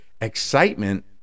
excitement